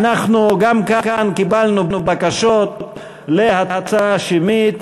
גם כאן קיבלנו בקשות להצבעה שמית.